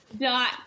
dot